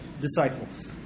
disciples